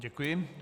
Děkuji.